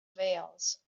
veils